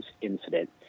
incident